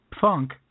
funk